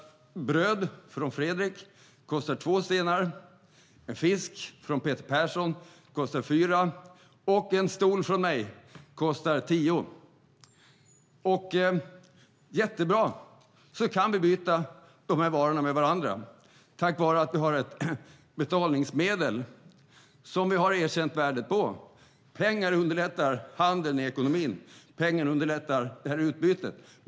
Bröd från Fredrik kostar två stenar, en fisk från Peter Persson kostar fyra stenar och en stol från mig kostar tio stenar. Jättebra! Tack vare att vi har ett betalningsmedel som vi har erkänt värdet på kan vi nu byta de här varorna med varandra. Pengar underlättar handeln i ekonomin. Pengar underlättar det här bytet.